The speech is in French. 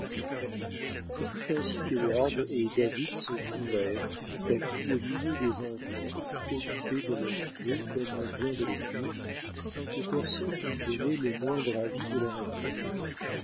ce fut ainsi qu'heyward et david se trouvèrent tout à coup au milieu des enfants occupés de leurs jeux comme on vient de le dire sans que personne eût donné le moindre avis de leur approche